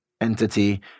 entity